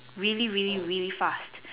really really really fast